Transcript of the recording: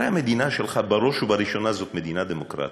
הרי המדינה שלך בראש ובראשונה זאת מדינה דמוקרטית.